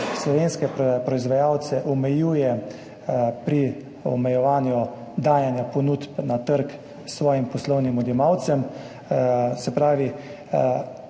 slovenske proizvajalce omejuje pri omejevanju dajanja ponudb na trg svojim poslovnim odjemalcem.